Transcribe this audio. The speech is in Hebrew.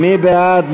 מי בעד?